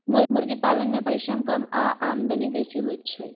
मुर्गी पालन मे परिश्रम कम आ आमदनी बेसी होइत छै